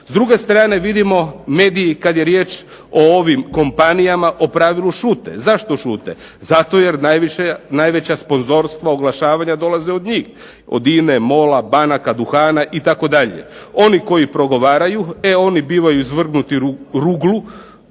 S druge strane vidimo mediji, kad je riječ o ovim kompanijama u pravilu šute. Zašto šute? Zato jer najveća sponzorstva, oglašavanja dolaze od njih, od INA-e, MOL-a, banaka, Duhana itd. Oni koji progovaraju e oni bivaju izvrgnuti ruglu